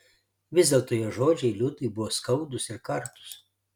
vis dėlto jo žodžiai liudui buvo skaudūs ir kartūs